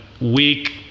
Week